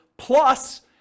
plus